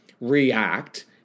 react